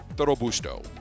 Robusto